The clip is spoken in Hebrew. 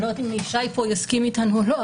לא יודעת אם ישי פה יסכים איתנו או לא,